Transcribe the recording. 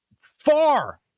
far